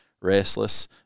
restless